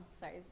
sorry